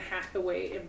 Hathaway